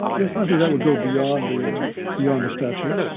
but yes, i think that would go beyond the ah beyond the statute.